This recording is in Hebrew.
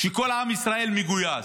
כשכל עם ישראל מגויס,